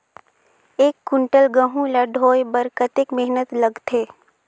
एक कुंटल गहूं ला ढोए बर कतेक मेहनत लगथे?